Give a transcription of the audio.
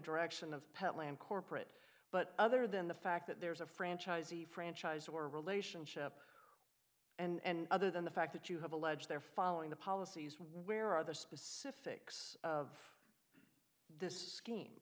direction of pet lamb corporate but other than the fact that there's a franchisee franchise or relationship and other than the fact that you have alleged they're following the policies where are the specifics of this scheme